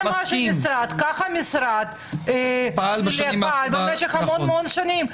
כך המשרד פעל במשך המון המון שנים.